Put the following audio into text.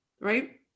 Right